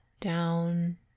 down